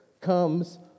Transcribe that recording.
comes